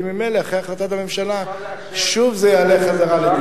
כי ממילא אחרי החלטת הממשלה זה יעלה שוב לדיון.